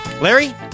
Larry